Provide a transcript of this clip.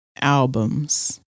albums